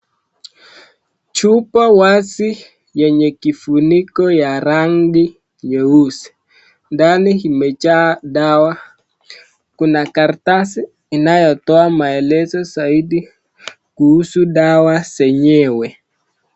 Chupa wazi yenye kifuniko ya rangi nyeusi ambalo limejaa dawa. Kuna karatasi inayotoa maelezo zaidi kuhusu dawa zenyewe.